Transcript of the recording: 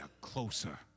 closer